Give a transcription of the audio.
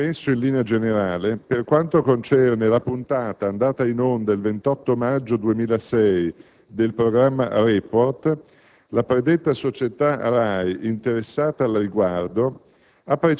Ciò premesso il linea generale, per quanto concerne la puntata andata in onda il 28 maggio 2006, del programma «Report» la predetta società RAI - interessata al riguardo